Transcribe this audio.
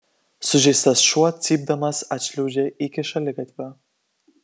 sužeistas šuo cypdamas atšliaužė iki šaligatvio